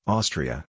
Austria